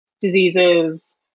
diseases